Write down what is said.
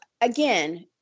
again